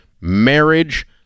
marriage